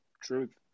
truth